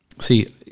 See